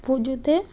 পুজোতে